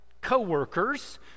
co-workers